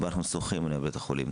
ואנחנו סומכים על בתי החולים.